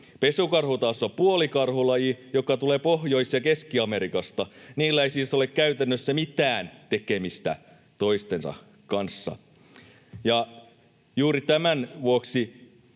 Pesukarhu taas on puolikarhulaji, joka tulee Pohjois- ja Keski-Amerikasta. Niillä ei siis ole käytännössä mitään tekemistä toistensa kanssa. Ja juuri tämän vuoksi